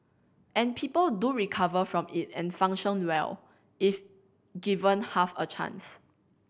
and people do recover from it and function well if given half a chance